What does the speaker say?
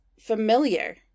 familiar